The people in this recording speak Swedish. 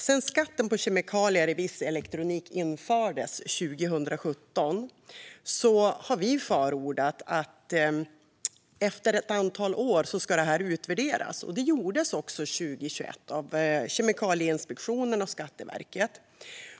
Sedan skatten på kemikalier och viss elektronik infördes 2017 har vi förordat att den skulle utvärderas efter ett antal år. Det gjordes också 2021, av Kemikalieinspektionen och Skatteverket.